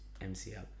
MCL